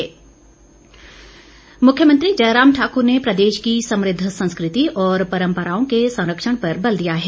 जयराम मुख्यमंत्री जयराम ठाकुर ने प्रदेश की समृद्ध संस्कृति और परंपराओं के संरक्षण पर बल दिया है